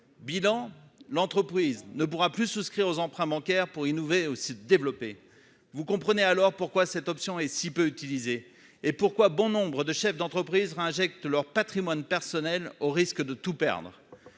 bilan : l'entreprise ne pourra plus souscrire aux emprunts bancaires pour innover aussi développer, vous comprenez, alors pourquoi cette option et si peu utilisé et pourquoi bon nombre de chefs d'entreprise réinjectes leur Patrimoine personnel, au risque de tout perdre